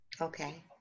Okay